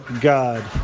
God